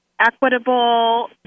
equitable